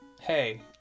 Hey